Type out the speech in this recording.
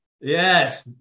Yes